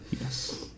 Yes